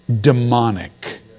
demonic